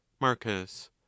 marcus